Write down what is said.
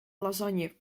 lasagne